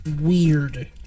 weird